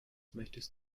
möchtest